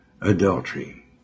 Adultery